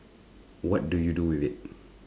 what do you do with it